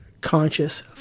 conscious